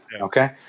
Okay